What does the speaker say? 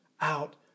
out